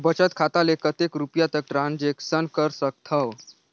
बचत खाता ले कतेक रुपिया तक ट्रांजेक्शन कर सकथव?